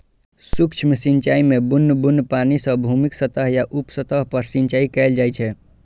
सूक्ष्म सिंचाइ मे बुन्न बुन्न पानि सं भूमिक सतह या उप सतह पर सिंचाइ कैल जाइ छै